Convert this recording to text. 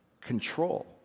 control